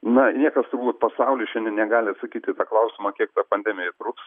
na niekas turbūt pasauly šiandien negali atsakyt į tą klausimą kiek ta pandemija truks